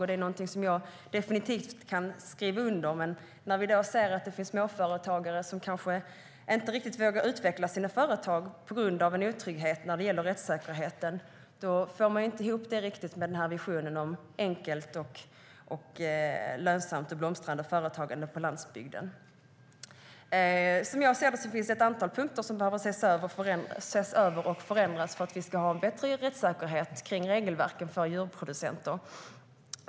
Det är någonting som jag definitivt kan skriva under på, men när vi ser att det finns småföretagare som kanske inte riktigt vågar utveckla sina företag på grund av en otrygghet när det gäller rättssäkerheten får man inte ihop det med visionen om ett enkelt, lönsamt och blomstrande företagande på landsbygden. Som jag ser det finns det ett antal punkter som behöver ses över och förändras för att vi ska få en bättre rättssäkerhet i regelverken för djurproducenter.